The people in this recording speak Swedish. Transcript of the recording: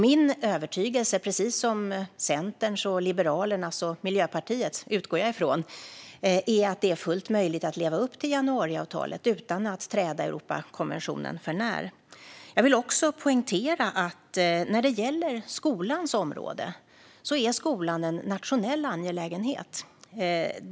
Min övertygelse, precis som Centerns, Liberalernas och Miljöpartiets, utgår jag ifrån, är att det är fullt möjligt att leva upp till januariavtalet utan att träda Europakonventionen förnär. Jag vill också poängtera att när det gäller skolans område är skolan en nationell angelägenhet.